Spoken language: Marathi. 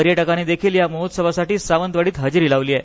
पर्यटकांनी देखील या महोत्सवासाठी सावंतवाडीत हजेरी लावली आहे